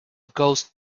ghost